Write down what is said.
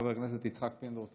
חבר הכנסת יצחק פינדרוס,